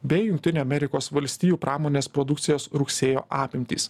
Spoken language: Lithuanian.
bei jungtinių amerikos valstijų pramonės produkcijos rugsėjo apimtys